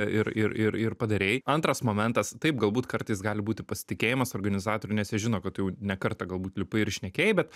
ir ir ir ir padarei antras momentas taip galbūt kartais gali būti pasitikėjimas organizatorių nes jie žino kad tu jau ne kartą galbūt lipai ir šnekėjai bet